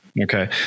Okay